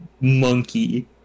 monkey